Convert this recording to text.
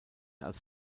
als